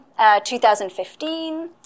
2015